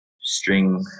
string